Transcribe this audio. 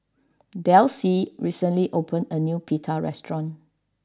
Delcie recently opened a new Pita restaurant